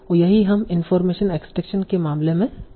और यही हम इनफार्मेशन एक्सट्रैक्शन के मामले में कर रहे हैं